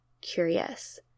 curious